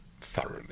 thoroughly